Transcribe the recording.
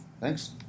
Thanks